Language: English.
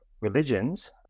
Religions